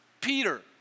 Peter